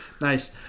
Nice